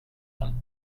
them